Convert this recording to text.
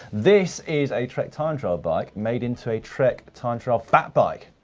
this is a trek time trial bike made into a trek time trial fat bike.